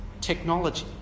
technology